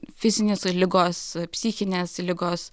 fizinės ligos psichinės ligos